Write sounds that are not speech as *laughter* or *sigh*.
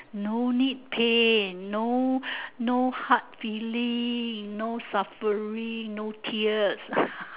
no need pain no no hard feeling no suffering no tears *breath*